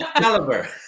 caliber